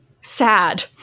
sad